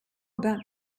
about